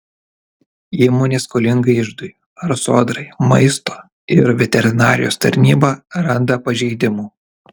įmonė skolinga iždui ar sodrai maisto ir veterinarijos tarnyba randa pažeidimų